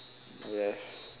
yes